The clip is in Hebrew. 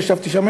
ישבתי שם,